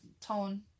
tone